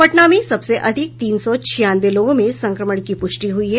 पटना में सबसे अधिक तीन सौ छियानवे लोगों में संक्रमण की पुष्टि हुई है